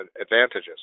advantages